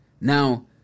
Now